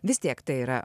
vis tiek tai yra